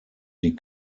die